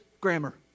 grammar